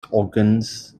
organs